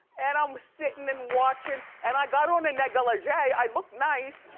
and i'm sittin' and watchin', and i got on a negligee, i look nice.